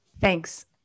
Thanks